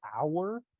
hour